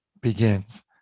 begins